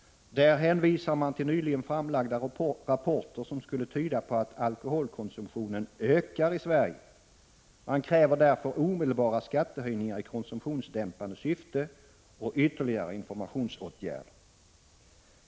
Där hänvisar man till nyligen framlagda rapporter som skulle tyda på att alkoholkonsumtionen ökar i Sverige. Man kräver därför omedelbara skattehöjningar i konsumtionsdämpande syfte och ytterligare informationsåtgärder.